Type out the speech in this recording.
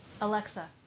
Alexa